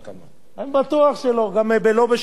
בטוח שלא, גם לא בשלוש שעות.